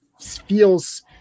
feels